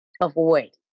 avoid